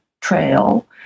trail